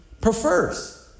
prefers